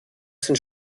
sind